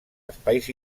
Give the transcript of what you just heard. espais